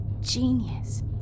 genius